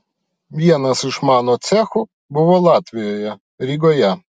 vienas iš mano cechų buvo latvijoje rygoje